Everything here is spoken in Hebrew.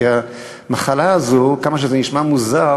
כי המחלה הזאת, כמה שזה נשמע מוזר,